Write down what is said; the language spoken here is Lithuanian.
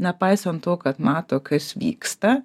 nepaisant to kad mato kas vyksta